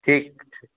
ঠিক আছে